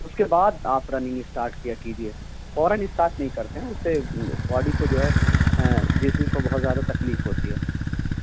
اس کے بعد آپ رننگ اسٹارٹ کیا کیجیے فوراً اسٹارٹ نہیں کرتے ہیں اس سے باڈی کو جو ہے جسم کو بہت زیادہ تکلیف ہوتی ہے